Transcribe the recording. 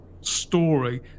story